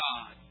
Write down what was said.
God